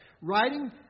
writing